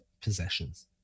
possessions